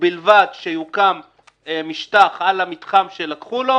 "ובלבד שיוקם משטח על המתחם שלקחו לו",